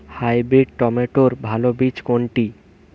Hybrid টমেটোর ভালো বীজ কোনটি?